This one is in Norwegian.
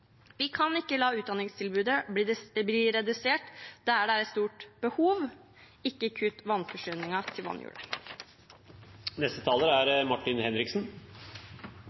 Vi kan ikke la utdanningstilbudet bli redusert der det er et stort behov – ikke kutt vannforsyningen til vannhjulet!